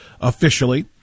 officially